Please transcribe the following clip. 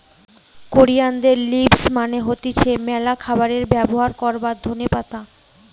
কোরিয়ানদের লিভস মানে হতিছে ম্যালা খাবারে ব্যবহার করবার ধোনে পাতা